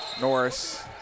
Norris